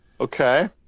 okay